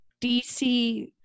DC